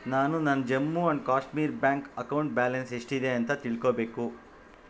ನಾನು ನನ್ನ Jammu and Kashmir bank account balance ಎಷ್ಟಿದೆ ಅಂತ ತಿಳ್ಕೋಳ್ಬೇಕು